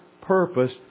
purpose